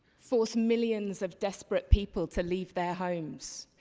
force millions of desperate people to leave their homes.